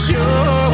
Sure